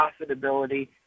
profitability